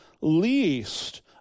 least